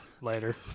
Later